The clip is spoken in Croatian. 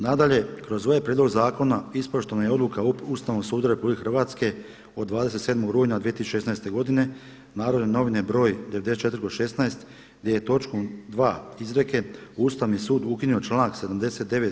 Nadalje, kroz ovaj prijedlog zakona ispoštovana je odluka ustavnog suda RH od 27. rujna 2016. godine, Narodne novine br. 94/16 gdje je točkom 2. izreke Ustavni sud ukinuo članak 79.